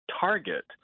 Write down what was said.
target